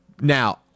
Now